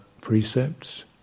precepts